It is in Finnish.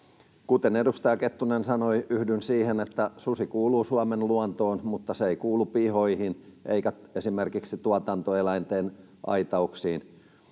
Kuten edustaja Kettunen sanoi, yhdyn siihen, että susi kuuluu Suomen luontoon, mutta se ei kuulu pihoihin eikä esimerkiksi tuotantoeläinten aitauksiin.